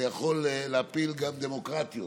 זה יכול להפיל גם דמוקרטיות.